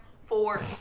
four